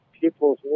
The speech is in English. people's